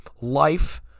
life